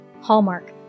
Hallmark